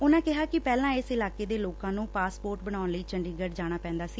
ਉਨਾਂ ਕਿਹਾ ਕਿ ਪਹਿਲਾਂ ਇਸ ਇਲਾਕੇ ਦੇ ਲੋਕਾਂ ਨੂੰ ਪਾਸਪੋਰਟ ਬਣਾਉਣ ਲਈ ਚੰਡੀਗੜ ਜਾਣਾ ਪੈ'ਦਾ ਸੀ